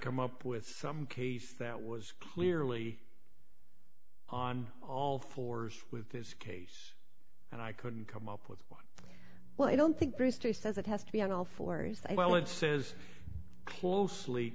come up with some case that was clearly on all fours with this case and i couldn't come up with one well i don't think three states says it has to be on all fours that well it says closely